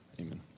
Amen